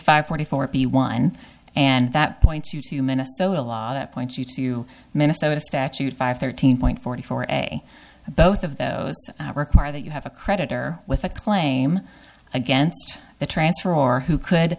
five forty four p one and that points you to minnesota law that points you to minnesota statute five thirteen point forty four a both of those require that you have a creditor with a claim against the transfer or who could